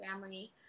family